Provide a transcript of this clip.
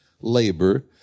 labor